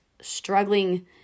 struggling